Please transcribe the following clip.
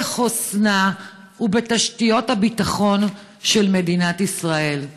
בחוסנה ובתשתיות הביטחון של מדינת ישראל.